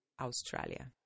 Australia